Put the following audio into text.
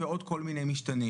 ועוד כל מיני משתנים.